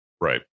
Right